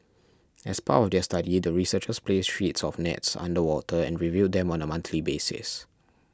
as part of their study the researchers placed sheets of nets underwater and reviewed them on a monthly basises